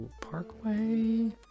Parkway